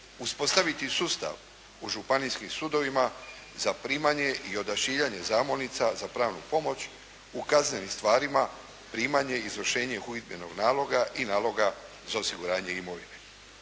uspostaviti sustav u županijskim sudovima za primanje i odašiljanje zamolnica za pravnu pomoć u kaznenim stvarima, primanje i izvršenje uhidbenog naloga i naloga za osiguranje imovine.